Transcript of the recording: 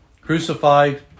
crucified